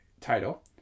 title